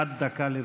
עד דקה לרשותך.